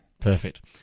Perfect